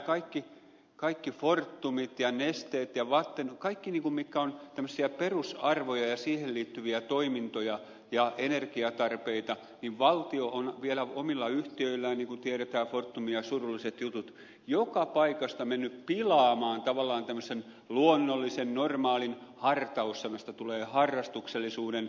nämä kaikki fortumit ja nesteet ja vattenfall kaikki mitkä ovat tämmöisiä perusarvoja ja siihen liittyviä toimintoja ja energiatarpeita niin valtio on vielä omilla yhtiöillään niin kuin tiedetään fortum ja surulliset jutut joka paikasta mennyt pilaamaan tavallaan tämmöisen luonnollisen normaalin hartaus sanasta tulee harrastuksellisuuden